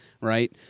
Right